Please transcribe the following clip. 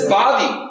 body